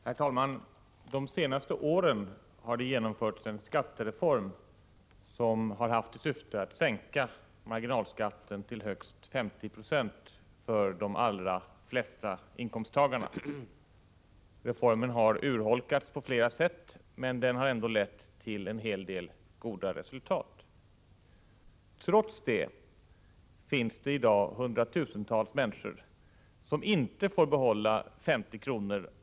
Herr talman! De senaste åren har det genomförts en skattereform som har haft till syfte att sänka marginalskatten till högst 50 70 för de allra flesta inkomsttagare. Reformen har urholkats på flera sätt, men den har ändå lett till en del goda resultat. Trots detta finns det i dag hundratusentals människor som inte får behålla 50 kr.